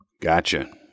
Gotcha